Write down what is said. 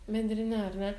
bendrine ar ne